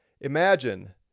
Imagine